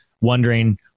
wondering